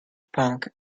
punk